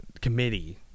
committee